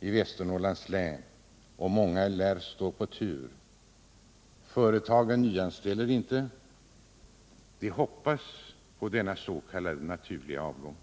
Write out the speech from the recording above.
i Västernorrlands län, och många lär stå på tur. Företagen nyanställer inte — de hoppas på den s.k. naturliga avgången.